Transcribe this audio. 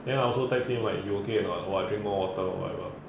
then I also text him like you okay or not !wah! drink more water or whatever